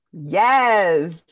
Yes